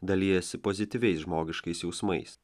dalijasi pozityviais žmogiškais jausmais